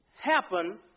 happen